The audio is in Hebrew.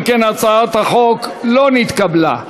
אם כן, הצעת החוק לא נתקבלה.